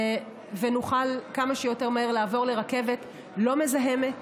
ונוכל כמה שיותר מהר לעבור לרכבת לא מזהמת,